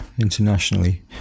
internationally